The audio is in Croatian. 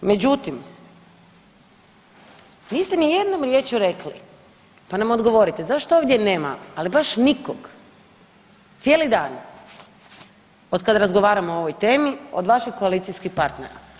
Međutim, niste ni jednom riječju rekli, pa nam odgovorite zašto ovdje nema, ali baš nikog cijeli dan otkad razgovaramo o ovoj temi od vaših koalicijskih partnera?